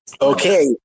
Okay